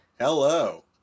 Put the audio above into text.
Hello